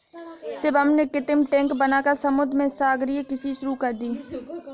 शिवम ने कृत्रिम टैंक बनाकर समुद्र में सागरीय कृषि शुरू कर दी